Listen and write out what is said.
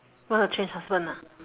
want to change husband ah